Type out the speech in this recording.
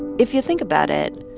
if you think about it,